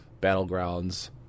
Battlegrounds